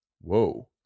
whoa